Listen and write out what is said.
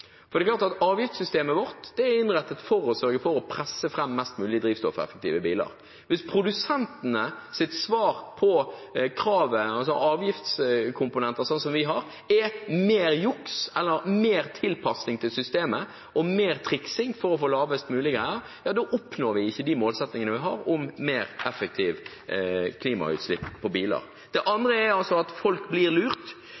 for det er klart at avgiftssystemet vårt er innrettet for å sørge for å presse fram mest mulig drivstoffeffektive biler. Hvis produsentenes svar på kravet, altså avgiftskomponentene vi har, er mer juks, eller mer tilpasning til systemet og mer triksing for å få lavest mulig målinger, ja da oppnår vi ikke de målsettingene vi har om et mer effektivt, lavere, klimautslipp fra biler. Det